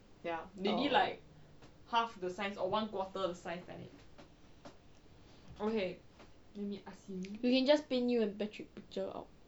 you can just paint you and patrick picture lor